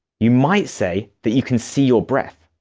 you might say that you can see your breath.